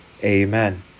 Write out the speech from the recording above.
Amen